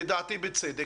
לדעתי בצדק,